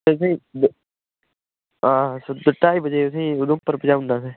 असें हां ढाई बजे असें उधमपुर पजाई ओड़ना असें